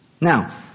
Now